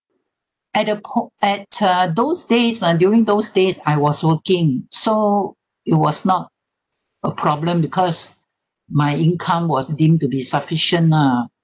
at the po~ at uh those days ah during those days I was working so it was not a problem because my income was deemed to be sufficient lah